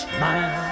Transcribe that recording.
Smile